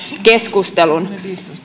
keskustelun